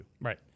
Right